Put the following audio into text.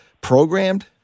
programmed